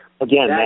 Again